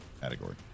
category